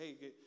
hey